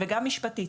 גם בפן המשפטי,